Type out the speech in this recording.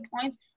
points